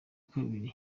kabiri